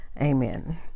Amen